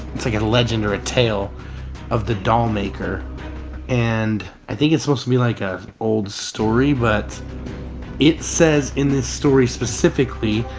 it's like a legend or a tale of the doll maker and i think it's supposed to be like a old story but it says in this story, specifically,